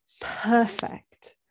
perfect